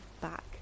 back